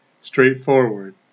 straightforward